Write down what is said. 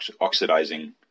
oxidizing